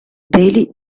peli